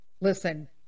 Listen